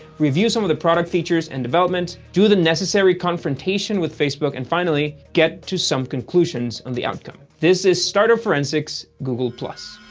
review some of the product features and development, do the necessary confrontation with facebook and finally get to some conclusions on the outcome. this this startup forensics google. as